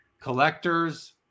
collectors